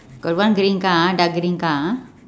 got one green car ah dark green car ah